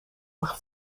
más